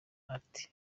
ati